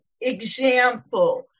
Example